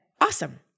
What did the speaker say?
Awesome